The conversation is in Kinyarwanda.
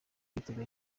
biteguye